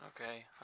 Okay